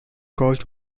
caused